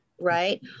Right